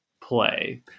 play